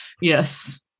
Yes